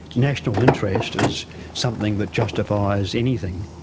national interest is something that justifies anything.